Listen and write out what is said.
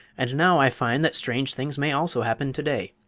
and now i find that strange things may also happen to-day.